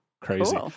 Crazy